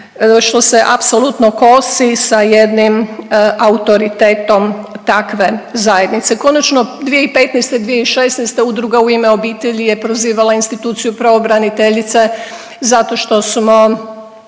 što se apsolutno kosi sa jednim autoritetom takve zajednice. Konačno 2015., 2016. Udruga u ime obitelji je prozivala instituciju pravobraniteljice zato što smo